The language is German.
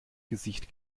gesicht